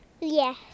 yes